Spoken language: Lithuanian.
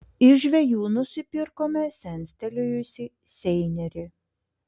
iš žvejų nusipirkome senstelėjusį seinerį